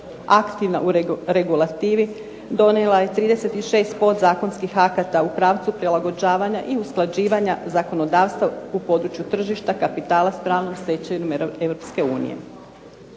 aktivna u regulativi. Donijela je 36 podzakonskih akata u pravcu prilagođavanja i usklađivanja zakonodavstva u području tržišta kapitala s pravnom stečevinom